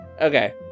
Okay